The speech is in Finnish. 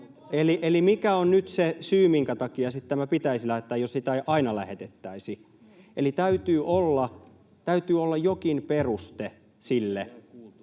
Eli mikä on nyt se syy, minkä takia sitten tämä pitäisi lähettää, jos sitä ei aina lähetettäisi? Eli täytyy olla jokin peruste sille,